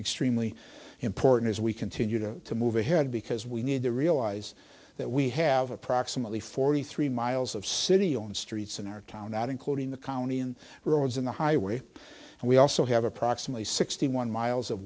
extremely important as we continue to move ahead because we need to realize that we have approximately forty three miles of city on streets in our town that including the county and roads in the highway and we also have approximately sixty one miles of